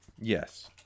Yes